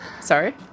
Sorry